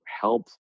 help